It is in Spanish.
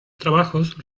trabajos